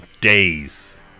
days